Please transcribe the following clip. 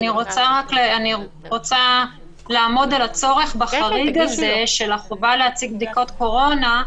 אני רוצה לעמוד על הצורך בחריג הזה של החובה להציג בדיקות קורונה,